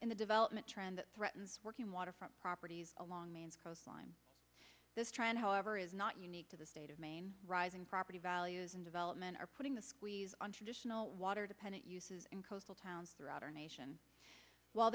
in the development trend threatens working waterfront properties along maine's coastline this trend however is not unique to the state of maine rising property values and development are putting the squeeze on traditional water dependent uses in coastal towns throughout our nation w